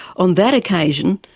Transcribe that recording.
on that occasion,